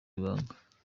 ibanga